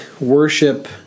worship